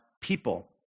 people